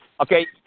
Okay